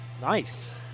Nice